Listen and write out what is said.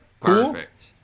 perfect